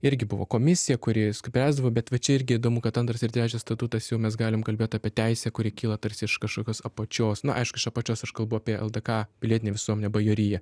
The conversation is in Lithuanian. irgi buvo komisija kuri spręsdavo bet va čia irgi įdomu kad antras ir trečias statutas jau mes galim kalbėt apie teisę kuri kyla tarsi iš kažkokios apačios na aišku iš apačios aš kalbu apie ldk pilietinę visuomenę bajoriją